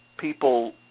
people –